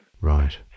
Right